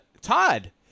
Todd